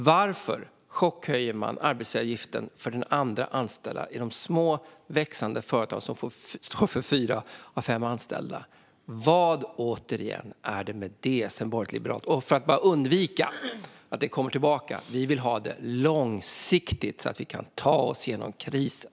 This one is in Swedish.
Varför chockhöjer man arbetsgivaravgiften för den andra anställda i de små, växande företag som står för fyra av fem anställda? Vad, återigen, är det med det som är borgerligt och liberalt? Och så ett tillägg för att undvika att det kommer tillbaka: Vi vill ha det långsiktigt så att vi kan ta oss genom krisen.